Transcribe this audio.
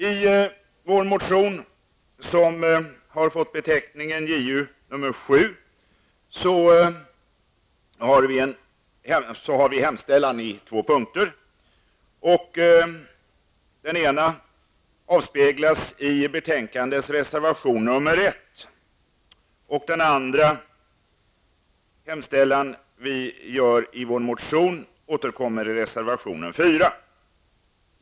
I vår motion 1990/91:Ju7 har vi hemställan i två punkter. Den ena avspeglas i betänkandets reservation nr 1, och den andra återkommer i reservation nr 4.